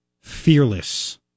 Fearless